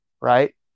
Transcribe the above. right